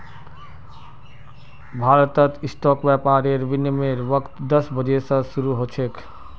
भारतत स्टॉक व्यापारेर विनियमेर वक़्त दस बजे स शरू ह छेक